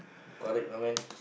correct I mean